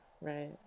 Right